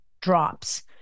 drops